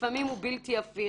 לפעמים הוא בלתי הפיך.